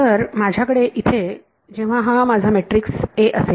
तर माझ्याकडे इथे जेव्हा माझा हा मॅट्रिक्स A असेल